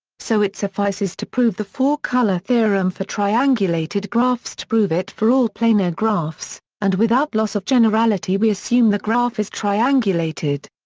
so it suffices to prove the four color theorem for triangulated graphs to prove it for all planar graphs, and without loss of generality we assume the graph is triangulated.